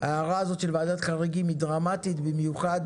ההערה הזאת על ועדת חריגים היא דרמטית במיוחד